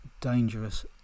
dangerous